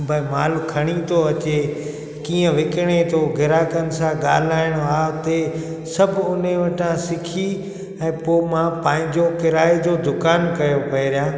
भई माल खणी थो अचे कीअं विकिणे थो ग्राहकनि सां ॻाल्हाइणो आहे हुते सभु उनी वटां सिखी ऐं पोइ मां पंहिंजो किराये जो दुकानु कयो पहिरियों